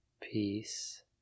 peace